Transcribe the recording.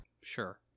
Sure